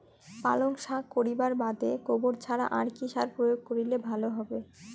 পালং শাক করিবার বাদে গোবর ছাড়া আর কি সার প্রয়োগ করিলে ভালো হবে?